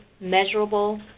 measurable